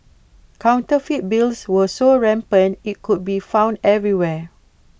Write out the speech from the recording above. counterfeit bills were so rampant IT could be found everywhere